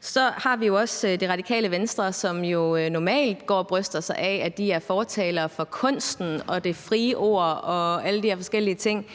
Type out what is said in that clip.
Så har vi også Det Radikale Venstre, som jo normalt går og bryster sig af, at de er fortalere for kunsten og det frie ord og alle de her forskellige ting.